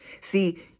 See